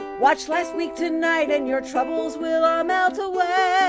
watch last week tonight, and your troubles will all melt away,